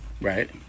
Right